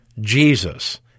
Jesus